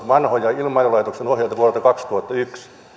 vanhoja ilmailulaitoksen ohjeita vuodelta kaksituhattayksi